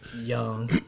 young